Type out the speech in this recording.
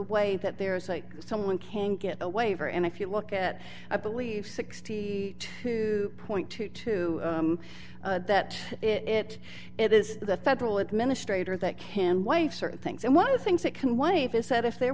way that there is like someone can get a waiver and if you look at i believe sixty two twenty two that it it is the federal administrator that can wife certain things and one of the things that can wife is said if there